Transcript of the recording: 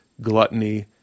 gluttony